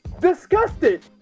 disgusted